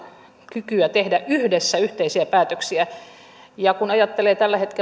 kykyä tehdä yhdessä yhteisiä päätöksiä ja kun ajattelee tällä hetkellä